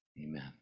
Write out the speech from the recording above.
amen